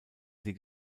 sie